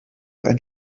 ein